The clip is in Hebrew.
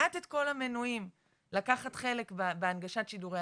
כמעט את כל המנויים לקחת חלק בהנגשת שידורי